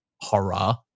horror